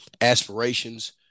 aspirations